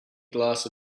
glass